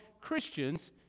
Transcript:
Christians